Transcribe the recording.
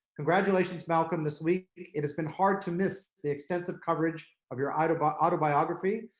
congratulations, malcolm. this week, it has been hard to miss the extensive coverage of your and but autobiography.